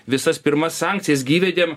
visas pirmas sankcijas gi įvedėm